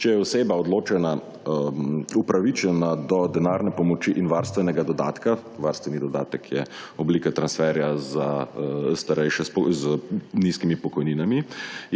če je oseba upravičena do denarne pomoči in varstvenega dodatka, varstveni dodatek je oblika transferja za starejše z nizkimi pokojninami,